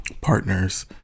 partners